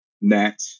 net